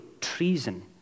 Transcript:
treason